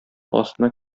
астына